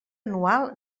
anual